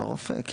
כן, אסף הרופא.